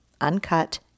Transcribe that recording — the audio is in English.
uncut